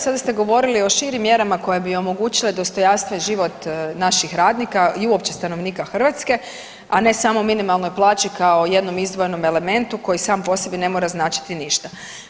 Sada ste govorili o širim mjerama koje bi omogućile dostojanstven život naših radnika i uopće stanovnika Hrvatske, a ne samo minimalnoj plaći kao jednom izdvojenom elementu koji sam po sebi ne mora značiti ništa.